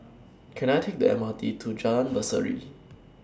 Can I Take The M R T to Jalan Berseri